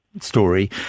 Story